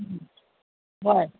ꯎꯝ ꯍꯣꯏ